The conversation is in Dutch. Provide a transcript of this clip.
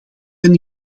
ben